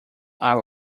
are